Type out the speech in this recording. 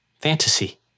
fantasy